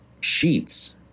sheets